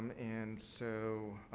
and and, so,